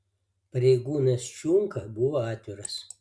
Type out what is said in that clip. pareigūnas čiunka buvo atviras